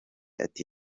ati